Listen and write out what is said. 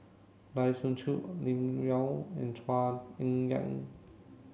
Lai Siu Chiu Lim Yau and Chua Ek Kay